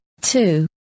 two